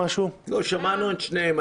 לא, שמענו את שניהם.